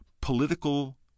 political